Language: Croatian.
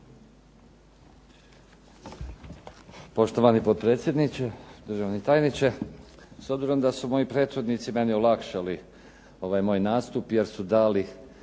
Poštovani potpredsjedniče, državni tajniče. S obzirom da su moji prethodnici meni olakšali ovaj moj nastup jer su dali